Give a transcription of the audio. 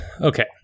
Okay